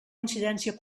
incidència